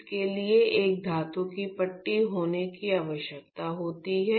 इसके लिए एक धातु की पट्टी होने की आवश्यकता होती है